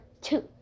two